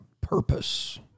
purpose